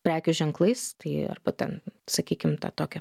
prekių ženklais tai arba ten sakykim tą tokią